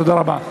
תודה רבה.